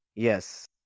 Yes